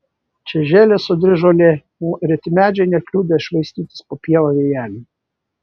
čia žėlė sodri žolė o reti medžiai nekliudė švaistytis po pievą vėjeliui